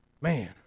man